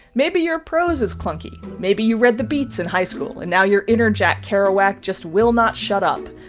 maybe your prose is clunky. maybe you read the beats in high school, and now your inner jack kerouac just will not shut up.